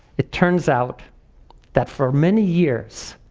it turns out that for many years,